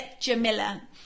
Jamila